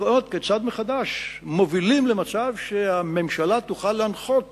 לראות כיצד מובילים מחדש למצב שהממשלה תוכל להנחות